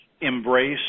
embrace